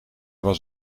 was